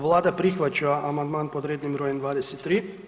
Vlada prihvaća amandman pod rednim brojem 23.